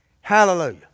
Hallelujah